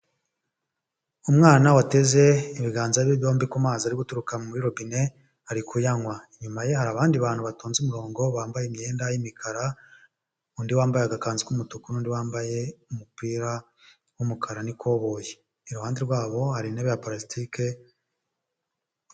Umwana wateze ibiganza bye byombi ku mazi ari guturuka muri robine ari kuyanywa, inyuma ye hari abandi bantu batonze umurongo bambaye imyenda y'imikara, undi wambaye agakanzu k'umutuku n'undi wambaye umupira w'umukara n'ikoboyi, iruhande rwabo hari intebe ya parasitike.